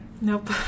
Nope